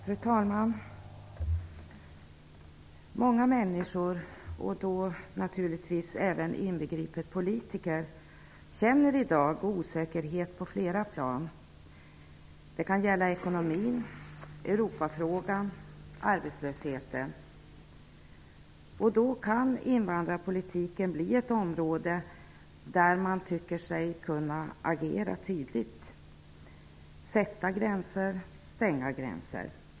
Fru talman! Många människor, då naturligtvis inbegripet politiker, känner i dag osäkerhet på flera plan. Det kan gälla ekonomin, Europafrågan, arbetslösheten. Då kan invandrarpolitiken bli ett område där man tycker sig kunna agera tydligt, sätta gränser, stänga gränser.